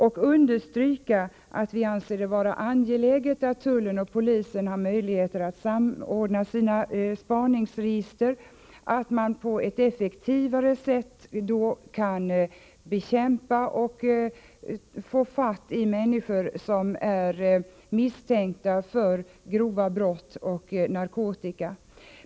Jag understryker att vi anser det vara angeläget att tullen och polisen har möjligheter att samordna sina spaningsregister, så att man på ett effektivare sätt kan bekämpa grova brott, exempelvis i fråga om narkotika, och få fatt i människor som är misstänkta för sådana brott.